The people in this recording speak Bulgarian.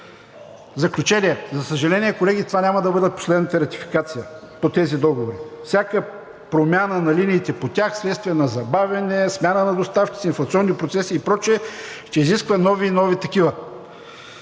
заключение, за съжаление, колеги, това няма да бъде последната ратификация по тези договори. Всяка промяна на линиите по тях вследствие на забавяне, смяна на доставчици, инфлационни процеси и прочее ще изисква нови и нови такива.